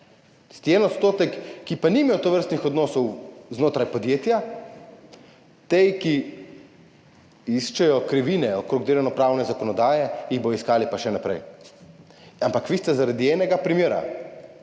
ali pa še manj, ki pa nimajo tovrstnih odnosov znotraj podjetja, ti, ki iščejo krivine okrog delovnopravne zakonodaje, jih bodo iskali pa še naprej. Ampak vi ste zaradi enega primera